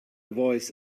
voice